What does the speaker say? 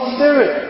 Spirit